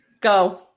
Go